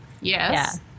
Yes